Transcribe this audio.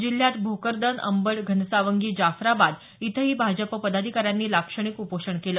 जिल्ह्यात भोकरदन अंबड घनसावंगी जाफराबाद इथंही भाजपा पदाधिकाऱ्यांनी लाक्षणिक उपोषण केलं